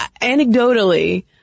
anecdotally